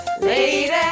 Lady